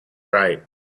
right